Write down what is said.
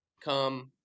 come